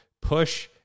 push